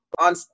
on